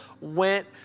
went